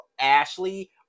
ashley